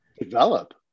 develop